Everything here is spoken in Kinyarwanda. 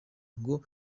ngo